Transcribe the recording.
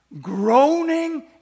groaning